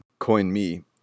CoinMe